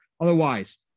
Otherwise